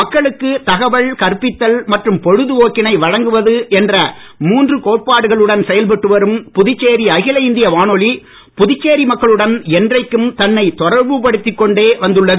மக்களுக்கு தகவல் கற்பித்தல் மற்றும் பொழுதுபோக்கினை வழங்குவது என்ற மூன்று கோட்பாடுகளுடன் செயல்பட்டு வரும் புதுச்சேரி அகில இந்திய வானொலி புதுச்சேரி மக்களுடன் என்றைக்கும் தன்னை தொடர்புபடுத்திக் கொண்டே வந்துள்ளது